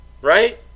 Right